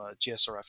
GSRF